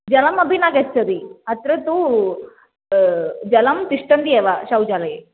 जलमपि न गच्छति अत्र तु जलं तिष्टति एव शौचालये